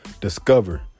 discover